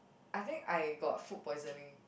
I think I got food poisoning